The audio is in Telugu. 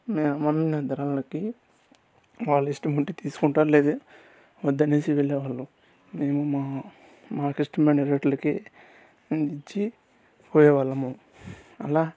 మేమమ్మిన ధరలకి వాళ్ళు ఇష్టం ఉంటే తీసుకుంటారు లేదా వద్దనేసి వెళ్ళేవాళ్ళు మేము మా మాకిష్టమైన రేట్లకి ఇచ్చి పోయేవాళ్ళము అలా